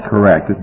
Correct